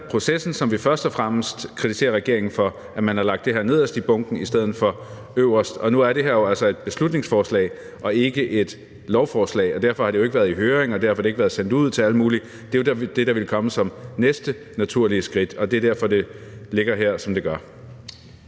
processen, som vi først og fremmest kritiserer regeringen for, altså at man har lagt det her nederst i bunken i stedet for øverst. Og nu er det her jo altså et beslutningsforslag og ikke et lovforslag, og derfor har det ikke været i høring, og derfor har det ikke været sendt ud til alle mulige. Det er jo det, der vil komme som næste naturlige skridt, og det er derfor, det ligger her, som det gør.